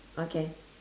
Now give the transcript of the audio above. okay